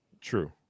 True